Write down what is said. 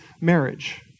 marriage